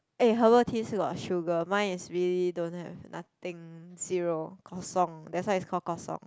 eh herbal tea still got sugar mine is really don't have nothing zero Kosong that's why it's called Kosong